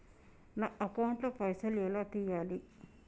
నా అకౌంట్ ల పైసల్ ఎలా తీయాలి?